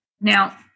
Now